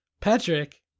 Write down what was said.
Patrick